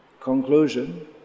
conclusion